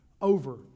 over